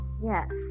Yes